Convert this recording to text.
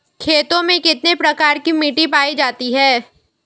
खेतों में कितने प्रकार की मिटी पायी जाती हैं?